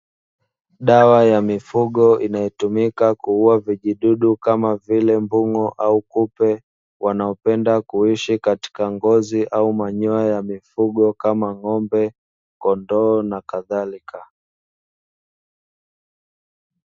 Dawa ya mifugo inayotumika kuua vijidudu kama vile mbung'o au kupe, wanaopenda kuishi katika ngozi au manyoya ya mifugo kama ng'ombe, kondoo nakadhalika.